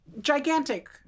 gigantic